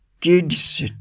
kids